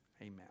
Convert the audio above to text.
Amen